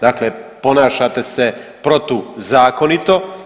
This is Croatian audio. Dakle, ponašate se protuzakonito.